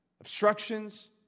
obstructions